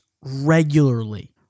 regularly